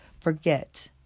forget